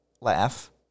laugh